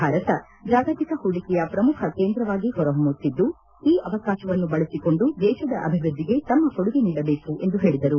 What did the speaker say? ಭಾರತ ಜಾಗತಿಕ ಪೂಡಿಕೆಯ ಪ್ರಮುಖ ಕೇಂದ್ರವಾಗಿ ಪೊರಹೊಮ್ತುತ್ತಿದ್ದು ಈ ಅವಕಾಶವನ್ನು ಬಳಸಿಕೊಂಡು ದೇಶದ ಅಭಿವೃದ್ದಿಗೆ ತಮ್ಮ ಕೊಡುಗೆ ನೀಡಬೇಕು ಎಂದು ಹೇಳಿದರು